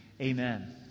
amen